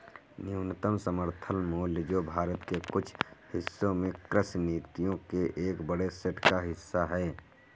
न्यूनतम समर्थन मूल्य जो भारत के कुछ हिस्सों में कृषि नीतियों के एक बड़े सेट का हिस्सा है